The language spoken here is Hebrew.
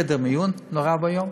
חדר מיון נורא ואיום?